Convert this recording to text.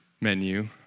menu